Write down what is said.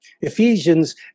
Ephesians